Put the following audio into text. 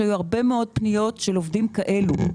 שהיו הרבה מאוד פניות של עובדים כאלה.